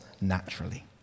naturally